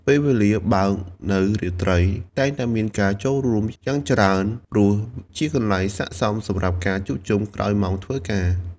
ពេលវេលាបើក នៅរាត្រី តែងតែមានការចូលរួមយ៉ាងច្រើន ព្រោះជាកន្លែងសាកសមសម្រាប់ការជួបជុំក្រោយម៉ោងធ្វើការ។